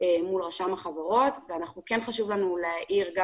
מול רשם החברות וכן חשוב לנו להאיר גם